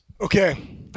Okay